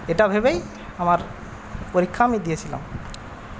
এটা ভেবেই আমার পরীক্ষা আমি দিয়েছিলাম